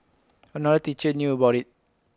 another teacher knew about IT